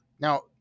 Now